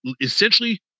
essentially